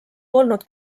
polnud